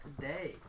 today